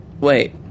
Wait